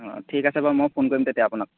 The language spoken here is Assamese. অঁ ঠিক আছে বাৰু মই ফোন কৰিম তেতিয়া আপোনাক